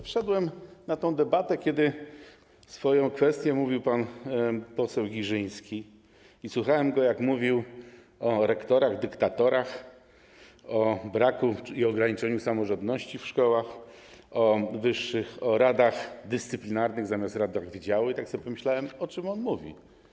Wszedłem na tę debatę, kiedy swoją kwestię wypowiadał pan poseł Girzyński, i słuchałem go, jak mówił o rektorach dyktatorach, o braku i ograniczeniu samorządności w szkołach, o radach dyscyplinarnych zamiast o radach wydziału, i tak sobie pomyślałem, o czym on mówi.